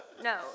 no